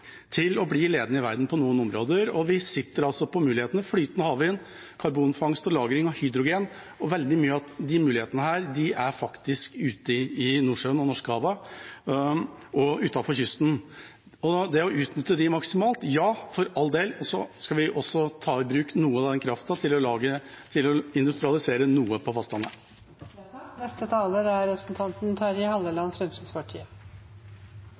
til å bli ledende i verden på noen områder. Vi sitter på mulighetene: Flytende havvind, karbonfangst og -lagring, hydrogen – veldig mange av de mulighetene er faktisk ute i Nordsjøen og Norskehavet og utenfor kysten. Når det gjelder å utnytte dette maksimalt – ja, for all del, og så skal vi også ta i bruk noe av den kraften til å industrialisere noe på fastlandet. Representanten Kjenseth var innom en del områder, og jeg må innrømme at jeg ikke forsto helt tråden, men det er